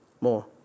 more